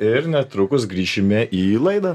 ir netrukus grįšime į laidą